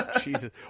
jesus